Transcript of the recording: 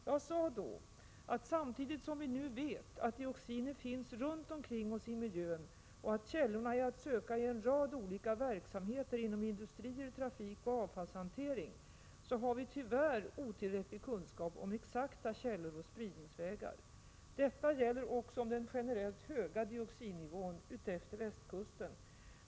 Jag sade då att samtidigt som vi nu vet att dioxiner finns runt omkring oss i miljön och att källorna är att söka i en rad olika verksamheter inom industrier, trafik och avfallshantering har vi tyvärr otillräcklig kunskap om exakta källor och spridningsvägar. Detta gäller också om den generellt höga dioxinnivån utefter västkusten.